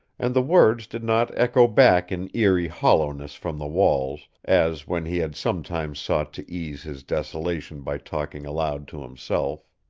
and the words did not echo back in eerie hollowness from the walls, as when he had sometimes sought to ease his desolation by talking aloud to himself.